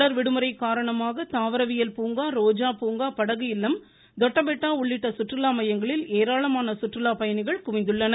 தொடர் விடுமுறைக்காரணமாக தாவரவியல் பூங்கா ரோஜாபூங்கா படகு இல்லம் தொட்டபேட்டா உள்ளிட்ட சுற்றுலா மையங்களில் ஏராளமான சுற்றுலாப்பயணிகள் குவிந்துள்ளனர்